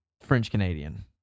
French-Canadian